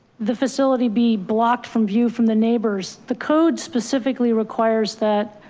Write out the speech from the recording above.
the facility be blocked from view from the neighbors. the code specifically requires that